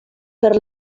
per